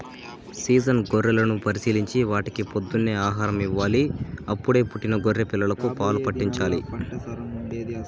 season గొర్రెలను పరిశీలించి వాటికి పొద్దున్నే ఆహారం ఇవ్వాలి, అప్పుడే పుట్టిన గొర్రె పిల్లలకు పాలు పాట్టించాలి